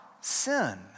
sin